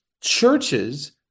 churches